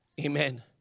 Amen